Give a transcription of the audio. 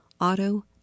auto